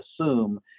assume